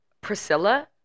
Priscilla